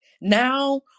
Now